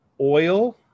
oil